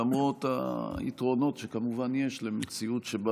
למרות היתרונות שכמובן יש למציאות שבה